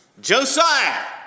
Josiah